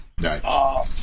Right